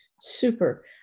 super